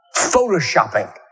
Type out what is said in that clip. photoshopping